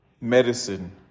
medicine